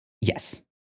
Yes